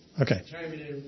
Okay